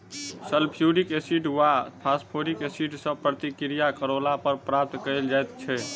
sulphuric acid वा phosphoric acid सॅ प्रतिक्रिया करौला पर प्राप्त कयल जाइत छै